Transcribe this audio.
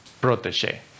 protege